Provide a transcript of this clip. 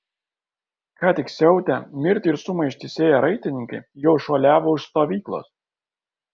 ką tik siautę mirtį ir sumaištį sėję raitininkai jau šuoliavo už stovyklos